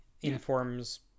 informs